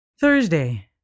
Thursday